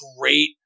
great